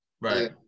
Right